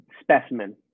specimen